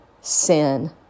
sin